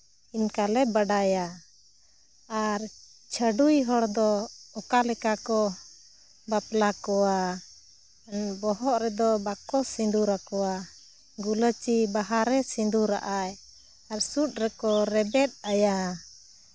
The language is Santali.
ᱤᱱᱠᱟ ᱞᱮ ᱵᱟᱰᱟᱭᱟ ᱟᱨ ᱪᱷᱟᱹᱰᱣᱤ ᱦᱚᱲ ᱫᱚ ᱚᱠᱟ ᱞᱮᱠᱟ ᱠᱚ ᱵᱟᱯᱞᱟ ᱠᱚᱣᱟ ᱵᱚᱦᱚᱜ ᱨᱮᱫᱚ ᱵᱟᱠᱚ ᱥᱤᱸᱫᱩᱨᱟᱠᱚᱣᱟ ᱜᱩᱞᱟᱹᱪᱤ ᱵᱟᱦᱟ ᱨᱮ ᱥᱤᱸᱫᱩᱨᱟᱜᱼᱟᱭ ᱟᱨ ᱥᱩᱫ ᱨᱮᱠᱚ ᱨᱮᱵᱮᱫ ᱟᱭᱟ